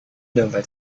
dompet